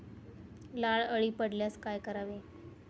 लाल अळी पडल्यास काय करावे?